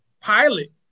pilot